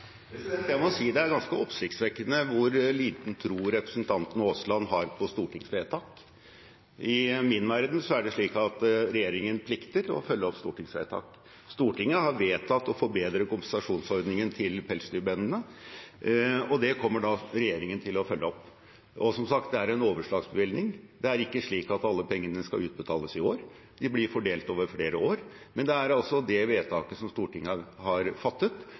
Jeg må si det er ganske oppsiktsvekkende hvor liten tro representanten Aasland har på stortingsvedtak. I min verden er det slik at regjeringen plikter å følge opp stortingsvedtak. Stortinget har vedtatt å forbedre kompensasjonsordningen til pelsdyrbøndene, og det kommer regjeringen til å følge opp. Som sagt er det en overslagsbevilgning. Det er ikke slik at alle pengene skal utbetales i år, de blir fordelt over flere år. Men det er det vedtaket som Stortinget har fattet,